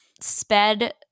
sped –